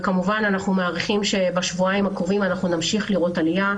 ואנחנו מעריכים שבשבועיים הקרובים נמשיך לראות עלייה,